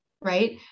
right